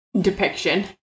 depiction